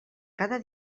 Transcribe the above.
cada